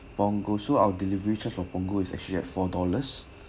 Punggol so our delivery charge for Punggol is actually at four dollars